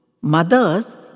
Mothers